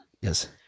Yes